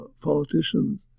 politicians